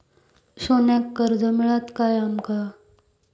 सोन्याक कर्ज मिळात काय आमका?